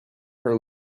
her